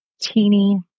teeny